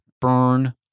burn